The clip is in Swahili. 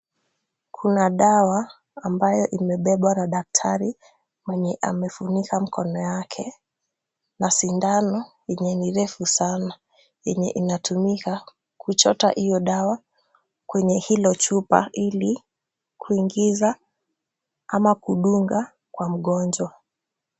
Kuna dawa ambayo imebebwa na daktari mwenye amefunika mkono yake na sindano yenye ni refu sana, yenye inatumika kuchota hiyo dawa kwenye hilo chupa ili kuingiza ama kudunga kwa mgonjwa.